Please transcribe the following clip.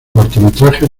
cortometrajes